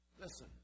Listen